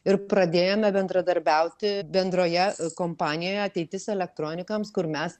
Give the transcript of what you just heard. ir pradėjome bendradarbiauti bendroje kompanijoje ateitis elektronikams kur mes